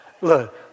look